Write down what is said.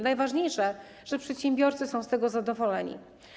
Najważniejsze, że przedsiębiorcy są z tego zadowoleni.